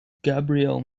gabriel